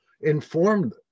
informed